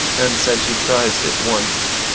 and said she priz'd it once.